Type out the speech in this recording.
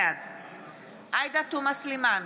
בעד עאידה תומא סלימאן,